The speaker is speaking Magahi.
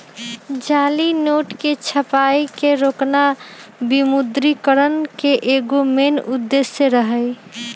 जाली नोट के छपाई के रोकना विमुद्रिकरण के एगो मेन उद्देश्य रही